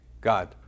God